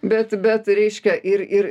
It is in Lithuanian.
bet bet reiškia ir ir